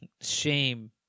Shame